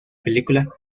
película